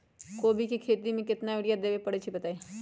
कोबी के खेती मे केतना यूरिया देबे परईछी बताई?